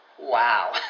Wow